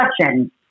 question